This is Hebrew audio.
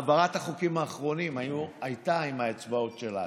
העברת החוקים האחרונים הייתה עם האצבעות שלנו.